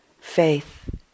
faith